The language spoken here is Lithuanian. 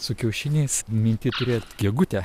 su kiaušiniais minty turėjot gegutę